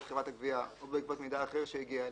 חברת הגבייה או בעקבות מידע אחר שהגיע אליה,